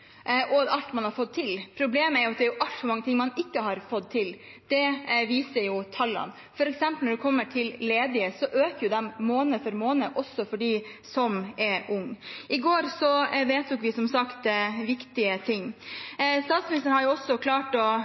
og alt man har fått til. Problemet er at det er altfor mange ting man ikke har fått til. Det viser tallene. For eksempel når det kommer til ledige, så øker de måned for måned, også for dem som er unge. I går vedtok vi som sagt viktige ting. Statsministeren har også klart å